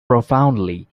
profoundly